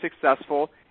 successful